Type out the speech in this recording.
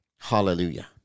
Hallelujah